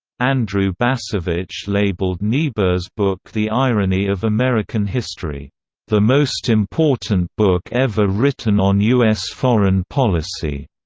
andrew bacevich labelled niebuhr's book the irony of american history the most important book ever written on u s. foreign policy.